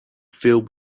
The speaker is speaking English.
filled